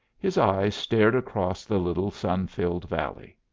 his eyes stared across the little sun-filled valley.